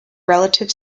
relative